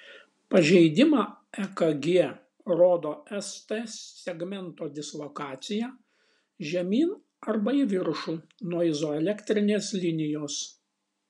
pažeidimą ekg rodo st segmento dislokacija žemyn arba į viršų nuo izoelektrinės linijos